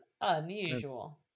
unusual